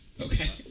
Okay